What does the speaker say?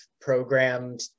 programmed